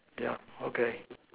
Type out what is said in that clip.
yeah okay